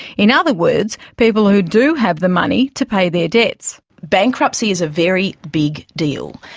in other words people who do have the money to pay their debts. bankruptcy is a very big deal.